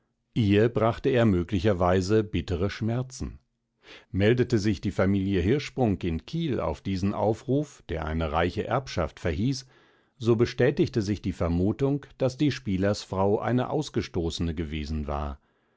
ihr brachte er möglicherweise bittere schmerzen meldete sich die familie hirschsprung in kiel auf diesen aufruf der eine reiche erbschaft verhieß so bestätigte sich die vermutung daß die spielersfrau eine ausgestoßene gewesen war